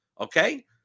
okay